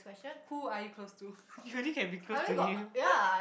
who are you close to you only can be close to him